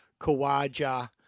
Kawaja